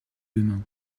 demain